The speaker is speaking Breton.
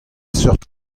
seurt